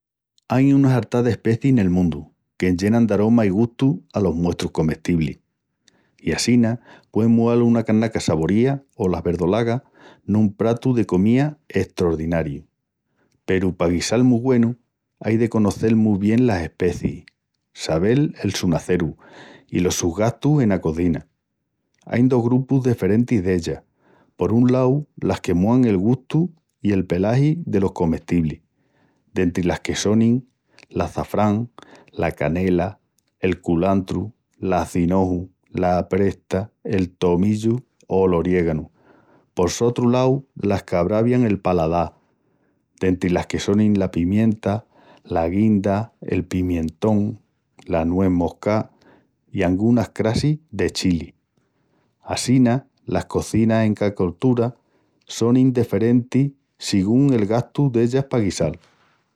Ain una hartá d'especiis nel mundu, qu'enllenan d'aroma i gustu alos muestrus comestiblis i assina puein mual una carnaca sin gustu o las verdolagas, nun pratu de comía estrordinariu. Peru pa guisal mu güenu, ai de conocel mu bien las especiis, sabel el su naceru i los sus gastus ena cozina. Ain dos grupus deferentis dellas, por un lau las que muan el gustu i el pelagi delos comestiblis, dentri las que sonin l'açafrán, la canela, el culantru, l'acinoju, la presta, el tomillu o l'oriéganu, por sotru lau las que abravian el paladal, dentri las que sonin la pimienta, la guinda, el pimientón, la nues moscá i angunas crassis de chilis. Assina, las cozinas en ca coltura sonin deferentis sigún el gastu dellas pa guisal.